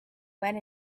went